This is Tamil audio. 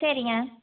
சரிங்க